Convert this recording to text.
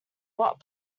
what